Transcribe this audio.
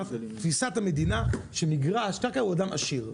תפיסת המדינה היא שבעל קרקע הוא אדם עשיר.